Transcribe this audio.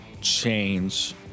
change